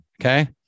Okay